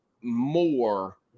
more